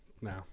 No